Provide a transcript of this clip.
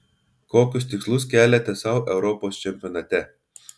kokius tikslus keliate sau europos čempionate